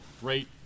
great